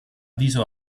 viso